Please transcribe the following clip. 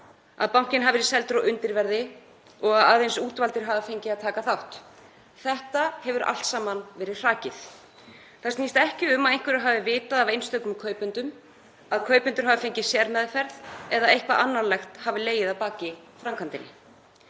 að bankinn hafi verið seldur á undirverði og aðeins útvaldir hafi fengið að taka þátt. Þetta hefur allt saman verið hrakið. Það snýst ekki um að einhverjir hafi vitað af einstökum kaupendum, að kaupendur hafi fengið sérmeðferð eða eitthvað annarlegt hafi legið að baki framkvæmdinni.